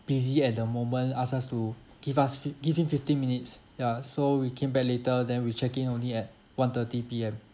busy at the moment ask us to give us fi~ give him fifteen minutes ya so we came back later then with check in only at one thirty P_M